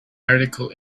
article